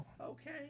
Okay